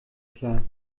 klar